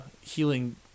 healing